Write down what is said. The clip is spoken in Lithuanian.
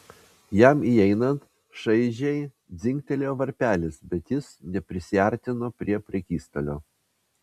jam įeinant šaižiai dzingtelėjo varpelis bet jis neprisiartino prie prekystalio